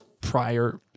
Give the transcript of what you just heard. prior